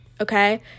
okay